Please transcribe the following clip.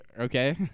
Okay